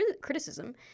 criticism